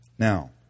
Now